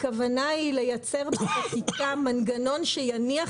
הכוונה היא לייצר בחקיקה מנגנון שיניח